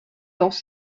dans